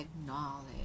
acknowledge